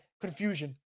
confusion